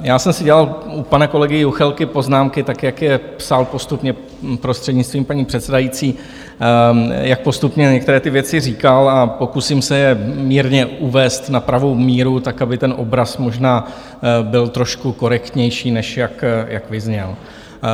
Já jsem si dělal u pana kolegy Juchelky poznámky tak, jak je psal postupně, prostřednictvím paní předsedající, jak postupně některé ty věci říkal a pokusím se je mírně uvést na pravou míru tak, aby ten obraz možná byl trošku korektnější, než jak vyzněl.